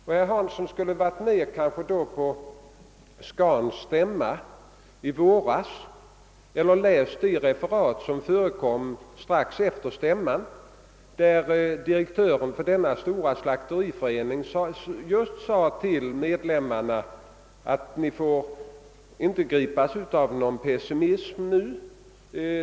Herr Hansson skulle kanske ha varit med vid SCAN:s stämma i våras eller läst de referat, som publicerades strax efter stämman. Direktören för denna stora slakteriförening sade till medlemmarna att de inte nu fick gripas av pessimism.